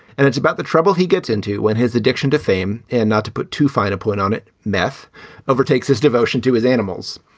and it's about the trouble he gets into when his addiction to fame and not to put too fine a point on it. meth overtakes his devotion to his animals.